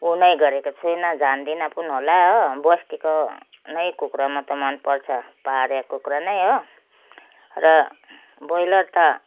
उ नै गरेको छुइनँ जान्दिनँ पनि होला हो बस्तीको नै कुखुरा म त मनपर्छ पाहाडे कुखुरा नै हो र ब्रोइलर त